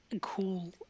cool